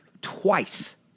twice